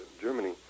Germany